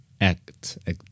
act